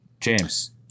James